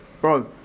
Bro